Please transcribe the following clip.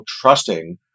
trusting